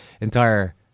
entire